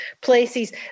places